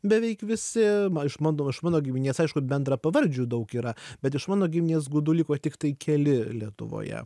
beveik visi iš mano iš mano giminės aišku bendrapavardžių daug yra bet iš mano giminės gudų liko tiktai keli lietuvoje